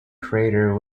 crater